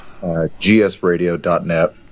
GSradio.net